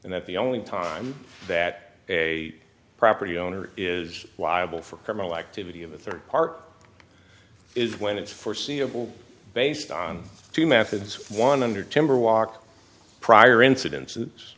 and that the only time that a property owner is liable for criminal activity of the third part is when it's foreseeable based on two methods one under timber walk prior incidents